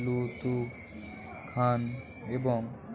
লুতফুল খান এবং